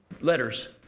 letters